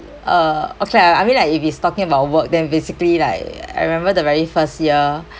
uh okay I I mean like if it's talking about work then basically like I remember the very first year